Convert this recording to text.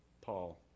Paul